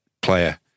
player